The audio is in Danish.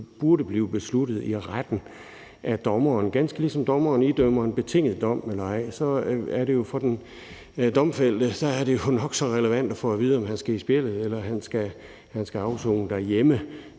burde blive besluttet i retten af dommeren. Ganske ligesom dommeren idømmer en betinget dom eller ikke, er det jo for den domfældte nok så relevant at få at vide, om han skal i spjældet eller han skal afsone derhjemme.